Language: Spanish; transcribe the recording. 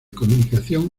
comunicación